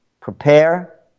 Prepare